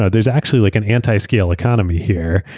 ah there's actually like an anti-scale economy here,